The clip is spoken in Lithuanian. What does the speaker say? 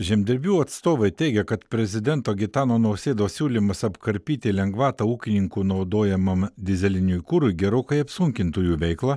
žemdirbių atstovai teigia kad prezidento gitano nausėdos siūlymas apkarpyti lengvatą ūkininkų naudojamam dyzeliniui kurui gerokai apsunkintų jų veiklą